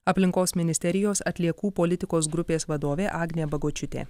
aplinkos ministerijos atliekų politikos grupės vadovė agnė bagočiūtė